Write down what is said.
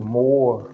more